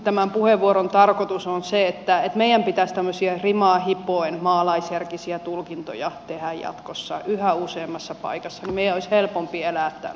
tämän puheenvuoron tarkoitus on se että meidän pitäisi tämmöisiä rimaa hipoen maalaisjärkisiä tulkintoja tehdä jatkossa yhä useammassa paikassa niin meidän olisi helpompi elää